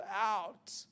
out